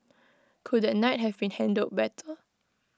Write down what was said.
could A night have been handled better